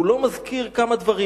הוא לא מזכיר כמה דברים.